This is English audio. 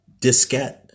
diskette